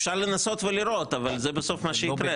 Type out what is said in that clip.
אפשר לנסות ולראות אבל בסוף זה מה שיקרה.